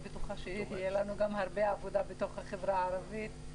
אני בטוחה שתהיה לנו הרבה עבודה בתוך החברה הערבית.